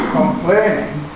complaining